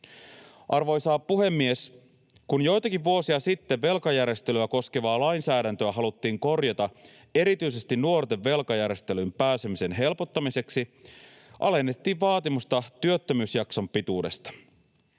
Arvoisa puhemies! Kun joitakin vuosia sitten velkajärjestelyä koskevaa lainsäädäntöä haluttiin korjata erityisesti nuorten velkajärjestelyyn pääsemisen helpottamiseksi, alennettiin vaatimusta työttömyysjakson pituudesta.